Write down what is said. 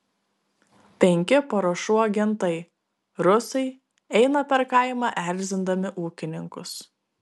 penki paruošų agentai rusai eina per kaimą erzindami ūkininkus